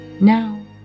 Now